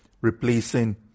replacing